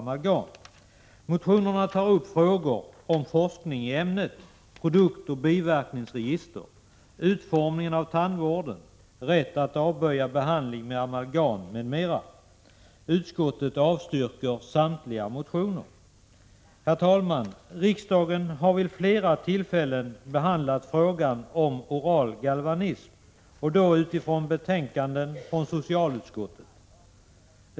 Motionerna tar upp frågor om forskning i ämnet, produktoch biverkningsregister, utformningen av tandvården, rätt att avböja behandling med amalgam, m.m. Utskottet avstyrker samtliga motioner. Herr talman! Riksdagen har vid flera tillfällen behandlat frågan om oral galvanism och då utifrån betänkanden från socialutskottet.